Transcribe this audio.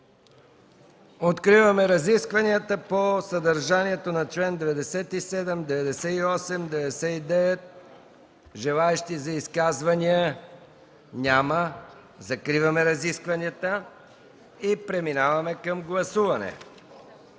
Откриваме разискванията по съдържанието на членове 97, 98 и 99. Желаещи за изказвания? Няма. Закриваме разискванията и преминаваме към гласуване.